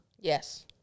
Yes